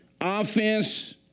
offense